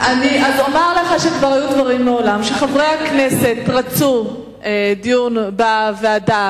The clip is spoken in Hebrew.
אז אומר לך שכבר היו דברים מעולם שחברי הכנסת רצו דיון בוועדה,